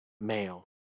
male